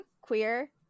queer